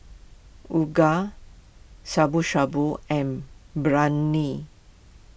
Uga Shabu Shabu and Biryani